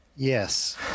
Yes